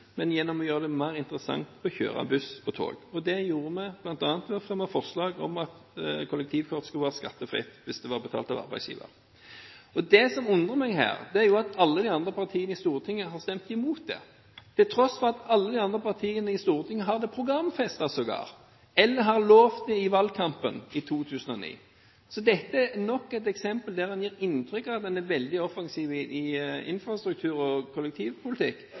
men gjennom å gjøre det mer interessant å kjøre buss og tog. Det gjorde vi bl.a. ved å fremme forslag om at kollektivkort skulle være skattefritt hvis det var betalt av arbeidsgiver. Det som undrer meg, er at alle de andre partiene i Stortinget har stemt imot dette – til tross for at alle de andre partiene i Stortinget sågar har det programfestet, eller de lovte det i valgkampen i 2009. Dette er nok et eksempel der en gir inntrykk av å være veldig offensiv innen infrastruktur og kollektivpolitikk,